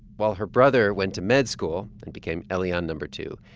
while her brother went to med school and became elian number two,